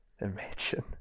imagine